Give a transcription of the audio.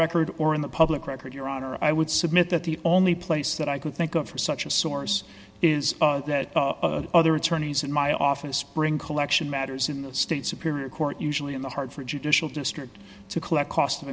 record or in the public record your honor i would submit that the only place that i could think of for such a source is other attorneys in my office bring collection matters in the state superior court usually in the heart for judicial district to collect cost of